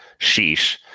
Sheesh